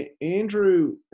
Andrew